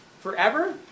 forever